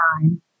time